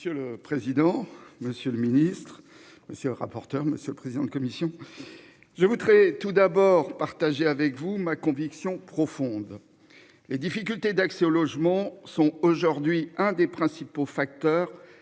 Monsieur le président, monsieur le ministre, monsieur le rapporteur. Monsieur le président de commission. Je voudrais tout d'abord partager avec vous ma conviction profonde. Les difficultés d'accès au logement sont aujourd'hui un des principaux facteurs